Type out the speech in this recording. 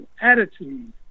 attitude